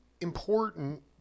important